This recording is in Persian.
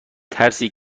ترسی